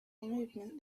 movement